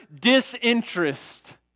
disinterest